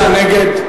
65 נגד,